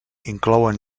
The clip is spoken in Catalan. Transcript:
inclouen